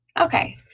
Okay